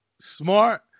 Smart